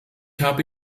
habe